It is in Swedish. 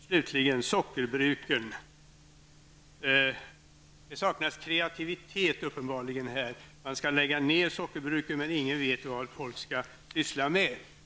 Slutligen sockerbruken. Det saknas uppenbarligen kreativitet, när man skall lägga ner sockerbruken men ingen vet vad folk skall syssla med i stället.